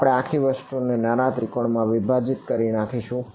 આપણે આ આખી વસ્તુ ને નાના ત્રિકોનો માં વિભાજીત કરી નાખશું